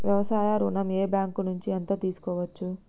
వ్యవసాయ ఋణం ఏ బ్యాంక్ నుంచి ఎంత తీసుకోవచ్చు?